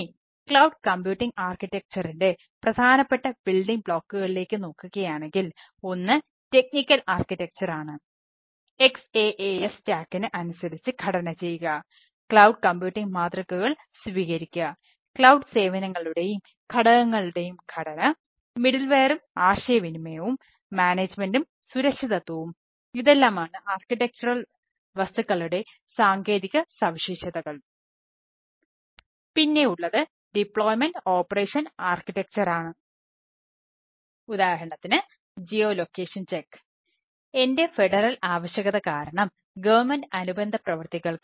ഇനി cloud computing ആർക്കിടെക്ചറിൻറെ വസ്തുക്കളുടെ സാങ്കേതിക സവിശേഷതകൾ